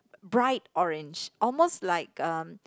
bright orange almost like um